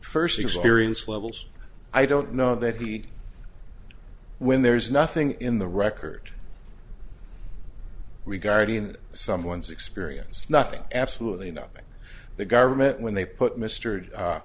first experience levels i don't know that he when there's nothing in the record regarding someone's experience nothing absolutely nothing the government when they put m